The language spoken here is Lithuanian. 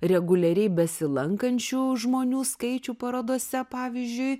reguliariai besilankančių žmonių skaičių parodose pavyzdžiui